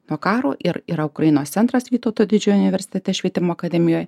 nuo karo ir yra ukrainos centras vytauto didžiojo universitete švietimo akademijoj